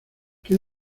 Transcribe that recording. qué